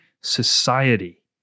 society